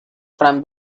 from